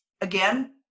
Again